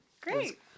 Great